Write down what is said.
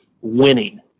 winning